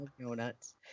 Donuts